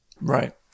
Right